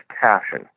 passion